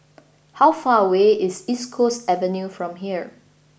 how far away is East Coast Avenue from here